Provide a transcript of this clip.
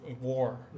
war